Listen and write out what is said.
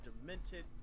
demented